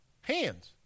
Hands